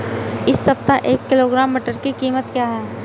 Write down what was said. इस सप्ताह एक किलोग्राम मटर की कीमत क्या है?